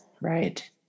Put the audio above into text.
Right